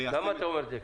למה אתה אומר את זה,